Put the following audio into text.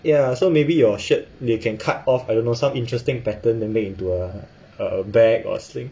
ya so maybe your shirt you can cut off I don't know some interesting pattern then make into a a bag or sling